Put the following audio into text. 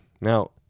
Now